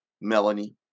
Melanie